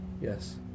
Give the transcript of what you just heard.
Yes